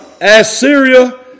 Assyria